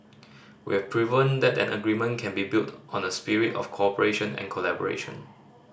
we have proven that an agreement can be built on a spirit of cooperation and collaboration